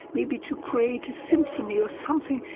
maybe to create a symphony or something,